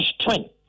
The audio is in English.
strength